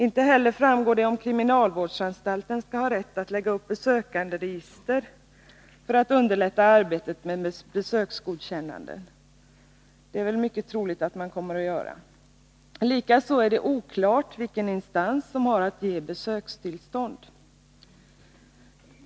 Inte heller framgår det om kriminalvårdsanstalten skall ha rätt att lägga upp besökanderegister för att underlätta arbetet med besöksgodkännanden. Det är väl mycket troligt att man kommer att göra det. Likaså är det oklart vilken instans som har att ge besökstillstånd.